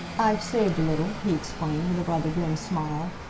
i've saved a little, he explained, with a rather grim smile,